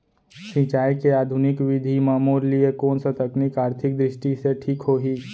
सिंचाई के आधुनिक विधि म मोर लिए कोन स तकनीक आर्थिक दृष्टि से ठीक होही?